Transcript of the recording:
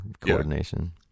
coordination